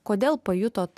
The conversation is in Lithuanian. kodėl pajutot